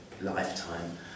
lifetime